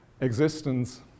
existence